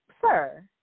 Sir